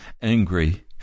angry